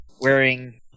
wearing